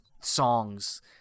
songs